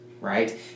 right